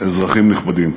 אזרחים נכבדים,